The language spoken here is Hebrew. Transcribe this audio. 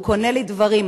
הוא קונה לי דברים.